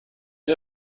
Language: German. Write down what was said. der